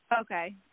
Okay